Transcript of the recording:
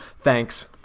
Thanks